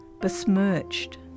besmirched